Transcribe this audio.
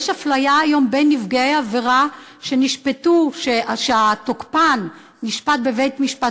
היום יש אפליה בין נפגעי עבירה שתוקפיהם נשפטו בבית-משפט